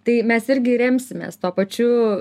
tai mes irgi remsimės tuo pačiu